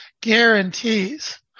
guarantees